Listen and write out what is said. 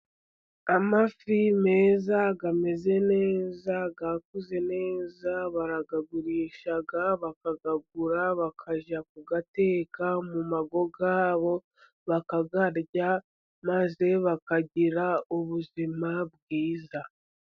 Amafi meza, ameze neza, akuze neza ,barayagurisha bakayagura, bakajya kuyateka mu ngo zabo, bakayarya maze bakagira ubuzima bwiza.